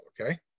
okay